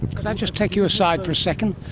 could i just take you aside from a second?